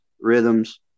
rhythms